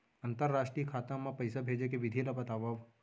अंतरराष्ट्रीय खाता मा पइसा भेजे के विधि ला बतावव?